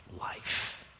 life